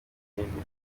n’ihirwe